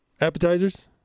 appetizers